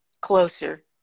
closer